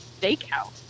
steakhouse